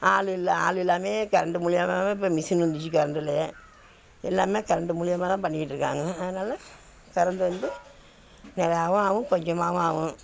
ஆள் இல்லை ஆள் இல்லாமையே கரண்ட்டு மூலயமாவே இப்போ மிஷின் வந்துடுச்சி கெரண்ட்டிலயே எல்லாமே கரண்ட்டு மூலயமாதான் பண்ணிக்கிட்டிருக்காங்க அதனால கரண்ட்டு வந்து நிறையாவும் ஆகும் கொஞ்சமாகவும் ஆகும்